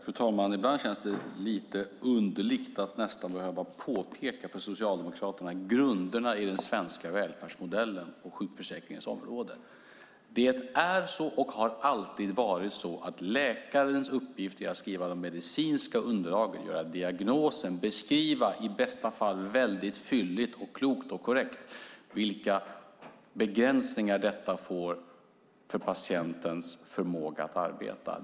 Fru talman! Ibland känns det lite underligt att nästan behöva påpeka för Socialdemokraterna grunderna i den svenska välfärdsmodellen på sjukförsäkringens område. Det är så och har alltid varit så att läkarens uppgift är att skriva de medicinska underlagen, ställa diagnosen och beskriva i bästa fall väldigt fylligt, klokt och korrekt vilka begränsningar detta får för patientens förmåga att arbeta.